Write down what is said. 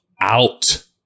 out